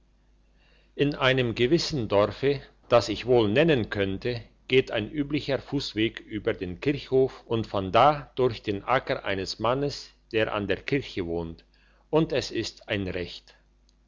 in einem gewissen dorfe das ich wohl nennen könnte geht ein üblicher fussweg über den kirchhof und von da durch den acker eines mannes der an der kirche wohnt und es ist ein recht